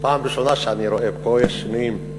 פעם ראשונה שאני רואה, יש פה שינויים.